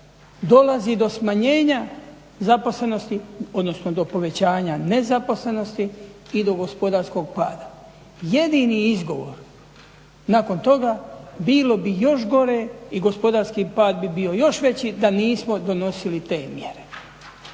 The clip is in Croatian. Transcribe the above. dolazi do smanjenja zaposlenosti, odnosno do povećanja nezaposlenosti i do gospodarskog pada. Jedini je izgovor nakon toga bilo bi još gore i gospodarski pad bi bio još veći da nismo donosili te mjere.